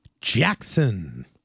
Jackson